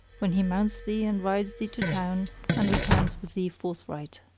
when he mounts thee and rides thee to town and returns with thee forthright.